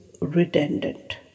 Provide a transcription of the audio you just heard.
redundant